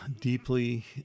deeply